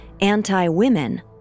anti-women